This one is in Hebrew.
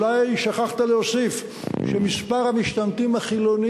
אולי שכחת להוסיף שמספר המשתמטים החילונים